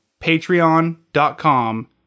patreon.com